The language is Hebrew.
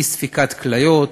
אי-ספיקת כליות,